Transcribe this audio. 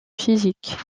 physique